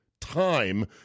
time